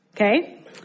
Okay